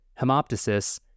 hemoptysis